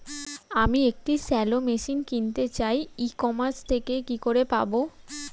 আমি একটি shallow machine কিনতে চাই ই কমার্স থেকে কি করে পাবো?